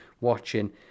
watching